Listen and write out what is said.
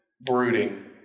brooding